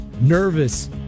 nervous